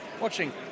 Watching